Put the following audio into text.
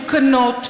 מסוכנות,